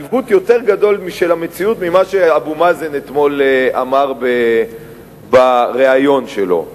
עיוות יותר גדול של המציאות ממה שאבו מאזן אמר אתמול בריאיון שלו.